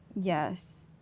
Yes